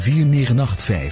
4985